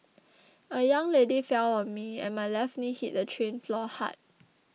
a young lady fell on me and my left knee hit the train floor hard